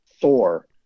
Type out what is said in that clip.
Thor